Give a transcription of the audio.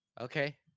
Okay